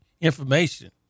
information